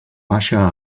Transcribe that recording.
baixa